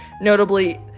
Notably